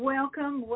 Welcome